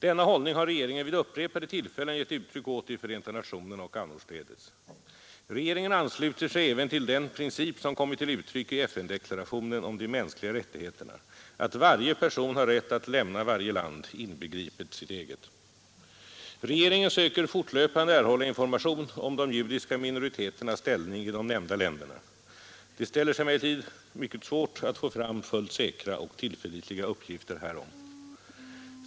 Denna hållning har regeringen vid upprepade tillfällen gett uttryck åt i Förenta nationerna och annorstädes. Regeringen ansluter sig även till den princip som kommit till uttryck i FN-deklarationen om de mänskliga rättigheterna, att varje person har rätt att lämna varje land, inbegripet sitt eget. Regeringen söker fortlöpande erhålla information om de judiska minoriteternas ställning i de nämnda länderna. Det ställer sig emellertid mycket svårt att få fram fullt säkra och tillförlitliga uppgifter härom.